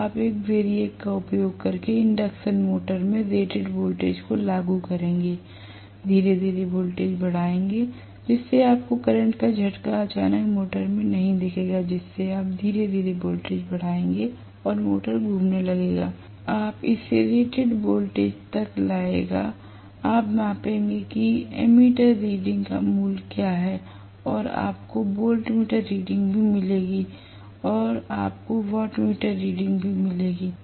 तो आप एक वैरिएक का उपयोग करके इंडक्शन मोटर में रेटेड वोल्टेज को लागू करेंगे धीरे धीरे वोल्टेज बढ़ाएंगे जिससे आपको करंट का झटका अचानक मोटर में नहीं दिखेगा जिससे आप धीरे धीरे वोल्टेज बढ़ाएंगे और मोटर घूमने लगेगा आप इसे रेटेड वोल्टेज तक लाएगा आप मापेंगे कि एमीटर रीडिंग का मूल्य क्या है और आपको वोल्टमीटर रीडिंग भी मिलेगी और आपको वाट्मीटर रीडिंग भी मिलेगी